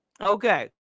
okay